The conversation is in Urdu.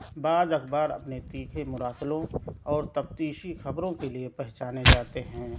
بعض اخبار اپنے تیکھے مراسلوں اور تفتیشی خبروں کے لئے پہچانے جاتے ہیں